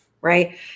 right